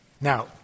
Now